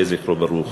יהיה זכרו ברוך,